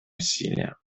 усилия